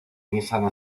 nissan